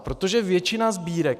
Protože většina sbírek...